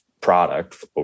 Product